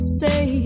say